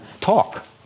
talk